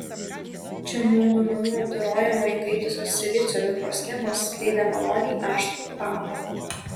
čia nuo duomenų apdorojimo įkaitusios silicio mikroschemos skleidė maloniai aštrų kvapą